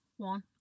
One